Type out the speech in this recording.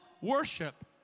worship